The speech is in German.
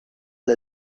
der